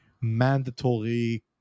mandatory